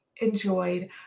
enjoyed